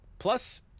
Plus